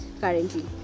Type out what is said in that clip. currently